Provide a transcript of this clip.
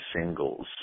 singles